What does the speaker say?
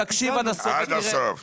תקשיב עד הסוף ותראה.